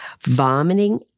vomiting